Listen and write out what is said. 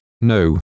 no